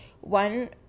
one